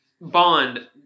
Bond